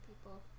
people